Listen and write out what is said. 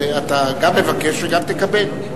אתה גם מבקש וגם תקבל.